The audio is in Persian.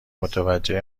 متوجه